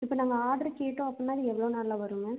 இப்போ நாங்கள் ஆட்ரு கேட்டோம் அப்படின்னா அது எவ்வளோ நாளில் வருங்க